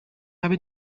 habe